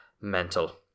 mental